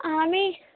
আমি